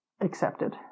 accepted